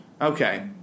Okay